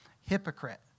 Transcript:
Hypocrite